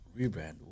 Rebrand